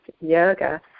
yoga